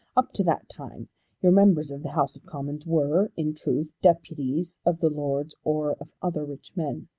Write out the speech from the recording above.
up to that time your members of the house of commons were in truth deputies of the lords or of other rich men.